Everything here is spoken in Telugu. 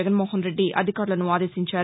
జగన్మోహన్ రెడ్డి అధికారులను ఆదేశించారు